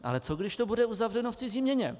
Ale co když to bude uzavřeno v cizí měně?